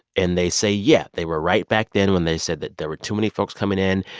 and they say, yeah, they were right back then when they said that there were too many folks coming in,